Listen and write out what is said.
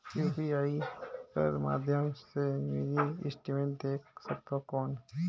UPI कर माध्यम से मिनी स्टेटमेंट देख सकथव कौन?